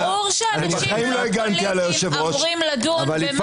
ברור שאנשים לא פוליטיים אמורים לדון- -- בחיים לא